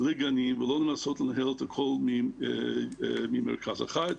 לגנים ולא לנסות לנהל את הכול ממרכז אחד.